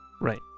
right